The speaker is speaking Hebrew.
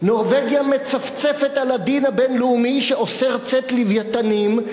נורבגיה מצפצפת על הדין הבין-לאומי שאוסר ציד לווייתנים,